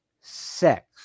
sex